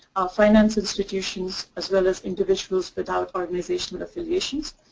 finance institutions, as well as individuals without organization affiliations.